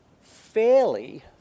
fairly